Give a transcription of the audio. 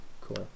cool